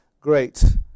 great